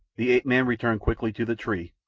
the ape-man returned quickly to the tree,